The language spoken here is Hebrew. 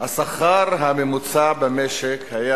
השכר הממוצע במשק היה